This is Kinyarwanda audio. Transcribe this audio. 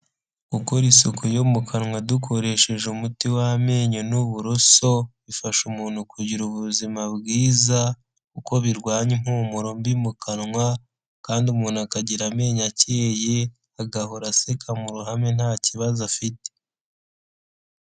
Gukora isuku yo mu kanwa dukoresheje umuti w'amenyo n'uburoso, bifasha umuntu kugira ubuzima bwiza kuko birwanya impumuro mbi mu kanwa kandi umuntu akagira amenyo akeye, agahora aseka mu ruhame nta kibazo afite.